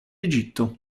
egitto